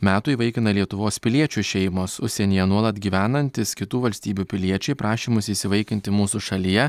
metų įvaikina lietuvos piliečių šeimos užsienyje nuolat gyvenantys kitų valstybių piliečiai prašymus įsivaikinti mūsų šalyje